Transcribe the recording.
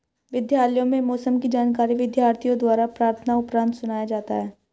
विद्यालयों में मौसम की जानकारी विद्यार्थियों द्वारा प्रार्थना उपरांत सुनाया जाता है